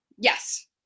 yes